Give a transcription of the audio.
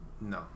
No